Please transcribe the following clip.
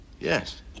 Yes